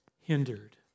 hindered